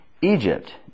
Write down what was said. Egypt